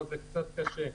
אז זה קצת קשה.